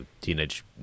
Teenage